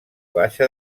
baixa